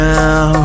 now